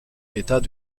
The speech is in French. état